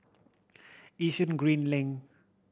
Yishun Green Link